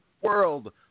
world